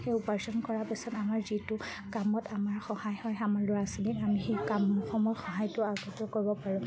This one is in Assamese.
সেই অপাৰেশ্যন কৰাৰ পিছত আমাৰ যিটো কামত আমাৰ সহায় হয় আমাৰ ল'ৰা ছোৱালীক আমি সেই কামসমূহ সহায়টো আগত কৰিব পাৰোঁ